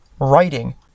writing